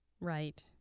Right